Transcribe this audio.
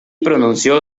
pronunció